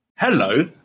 Hello